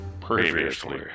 Previously